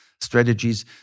strategies